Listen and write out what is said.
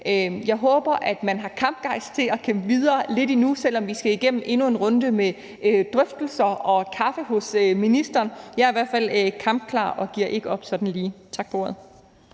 Jeg håber, at man har kampgejst til at kæmpe videre lidt endnu, selv om vi skal igennem endnu en runde med drøftelser og kaffe hos ministeren. Jeg er i hvert fald kampklar og giver ikke op sådan lige. Tak for ordet.